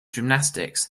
gymnastics